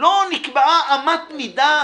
לא נקבעה אמת מידה